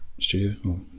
studio